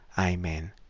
Amen